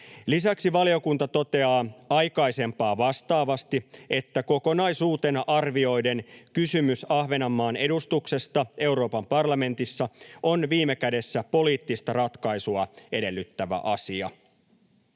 Lisäksi valiokunta toteaa aikaisempaa vastaavasti, että kokonaisuutena arvioiden kysymys Ahvenanmaan edustuksesta Euroopan parlamentissa on viime kädessä poliittista ratkaisua edellyttävä asia.